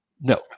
No